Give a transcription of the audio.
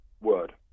word